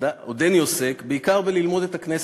ועודני עוסק, בעיקר בלימוד הכנסת.